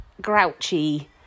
grouchy